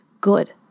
good